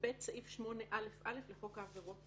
סעיף 8א(א) לחוק העבירות